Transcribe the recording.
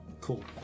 Cool